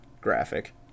graphic